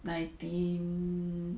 nineteen